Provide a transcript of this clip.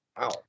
Wow